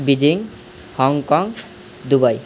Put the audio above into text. Beijing Hong Kong Dubai